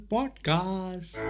Podcast